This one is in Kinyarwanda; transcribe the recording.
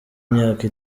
imyaka